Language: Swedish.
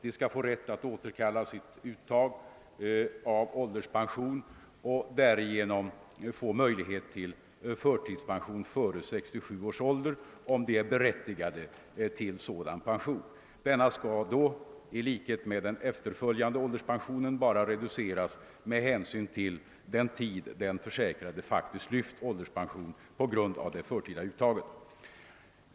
De skall få rätt att återkalla sitt uttag av ålderspension och därigenom få möjlighet till förtidspension före 67 års ålder, om de är berättigade till sådan pension. Denna skall då — i likhet med den efterföljande ålderspensionen — bara reduceras med hänsyn till den tid den försäkrade faktiskt lyft ålderspension på grund av det förtida uttaget.